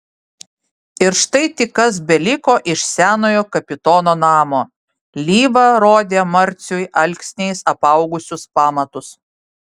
ir štai tik kas beliko iš senojo kapitono namo lyva rodė marciui alksniais apaugusius pamatus